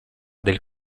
del